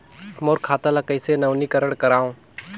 मोर खाता ल कइसे नवीनीकरण कराओ?